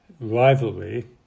Rivalry